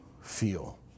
feel